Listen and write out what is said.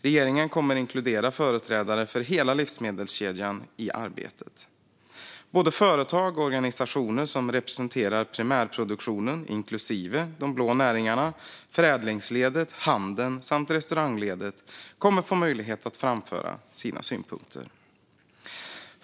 Regeringen kommer att inkludera företrädare för hela livsmedelskedjan i arbetet - företag och organisationer som representerar primärproduktionen inklusive de blå näringarna, förädlingsledet, handeln och restaurangledet kommer att få möjlighet att framföra sina synpunkter.